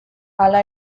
hala